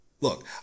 Look